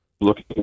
looking